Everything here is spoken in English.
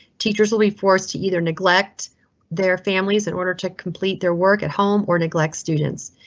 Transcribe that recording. teachers will be forced to either neglect their families in order to complete their work at home, or neglect students.